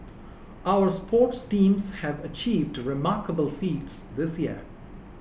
our sports teams have achieved remarkable feats this year